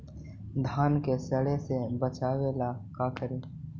धान के सड़े से बचाबे ला का करि?